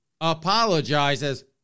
apologizes